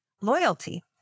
Loyalty